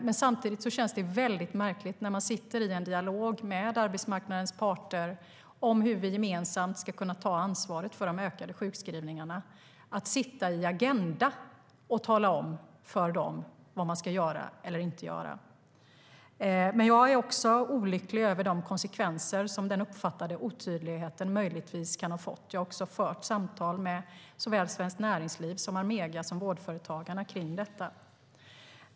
Men när man sitter i dialog med arbetsmarknadens parter om hur vi gemensamt ska kunna ta ansvar för de ökade sjukskrivningarna känns det märkligt att samtidigt sitta i Agenda och tala om för dem vad man ska eller inte ska göra. Men jag är olycklig över de konsekvenser som den uppfattade otydligheten möjligtvis kan ha fått. Jag har också fört samtal med såväl Svenskt Näringsliv som Almega och Vårdföretagarna om detta.